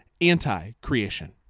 anti-creation